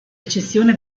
eccezione